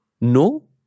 No